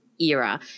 era